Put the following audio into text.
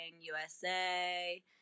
USA